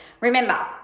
remember